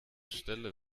stelle